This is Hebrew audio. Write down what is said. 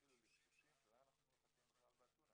התחילו לחשושים שאולי אנחנו נוחתים בכלל באתונה.